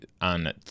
on